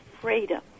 freedom